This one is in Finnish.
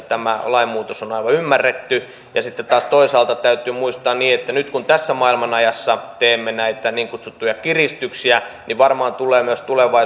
tämä lain muutos on aivan ymmärretty sitten taas toisaalta täytyy muistaa että nyt kun tässä maailman ajassa teemme näitä niin kutsuttuja kiristyksiä niin varmaan tulee myös